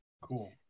cool